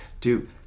dude